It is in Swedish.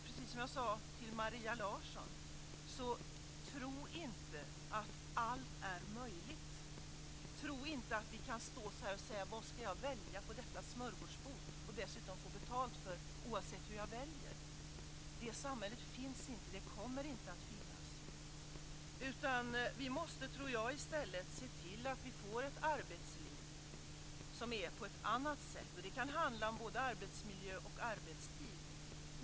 Precis som jag sade till Maria Larsson: Tro inte att allt är möjligt! Tro inte att vi kan stå och bara fråga oss vad vi ska välja på smörgåsbordet och dessutom få betalt oavsett hur vi väljer. Det samhället finns inte, och det kommer inte att finnas. Vi måste, tror jag, i stället se till att vi får ett arbetsliv som är på ett annat sätt. Det kan handla både om arbetsmiljö och arbetstid.